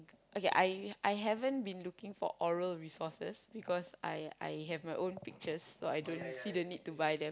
okay I I haven't been looking for Oral resources because I I have my own pictures so I don't see the need to buy them